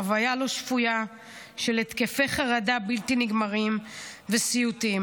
חוויה לא שפויה של התקפי חרדה בלתי נגמרים וסיוטים.